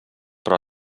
però